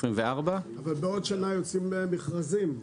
בעוד שנה יוצאים מכרזים.